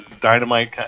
Dynamite